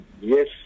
Yes